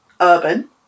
Urban